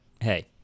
hey